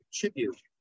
contribute